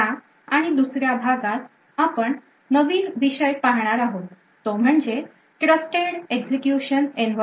ह्या आणि दुसऱ्या भागात आपण नवीन विषय पाहणार आहोत तो म्हणजे Trusted Execution Environments